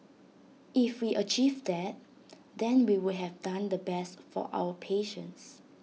if we achieve that then we would have done the best for our patients